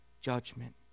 judgment